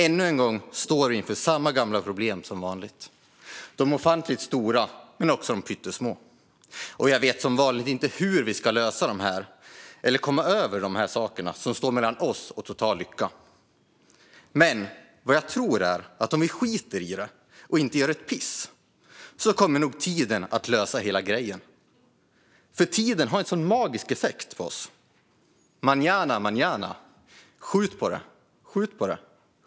Ännu en gång står vi inför samma gamla problem som vanligtDom ofantligt stora, och dom pyttesmåOch jag vet som vanligt inte hur vi ska lösa dem eller komma över demhär sakerna som står mellan oss och total lyckaMen. vad jag tror är att om vi skiter i det och inte gör ett piss så kommer nog tiden att lösa hela grejen, för tiden har en sån magisk effekt på ossMañana mañana. eller manana manana som vi säger. Skjut på det, skjut på det.